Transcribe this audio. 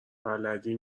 بلدی